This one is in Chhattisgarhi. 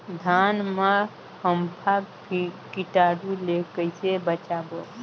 धान मां फम्फा कीटाणु ले कइसे बचाबो?